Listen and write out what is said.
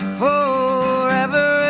forever